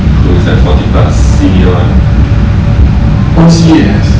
oh seniors